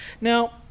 Now